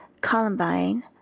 columbine